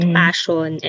passion